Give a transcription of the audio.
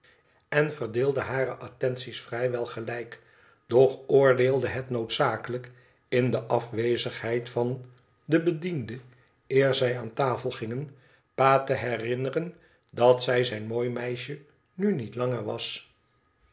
en verdeelde hare attenties vrij wel gelijk doch oordeelde het noodzakelijk in de afwezigheid van den bediende eer zij aan tafel gingen pa te herinneren dat zij zijn mooi meisje nu niet langer was